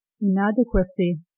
inadequacy